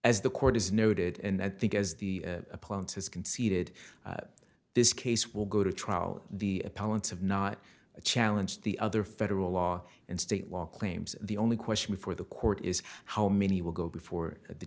as the court is noted and i think as the plant has conceded this case will go to trial the appellant's of not challenge the other federal law and state law claims the only question before the court is how many will go before the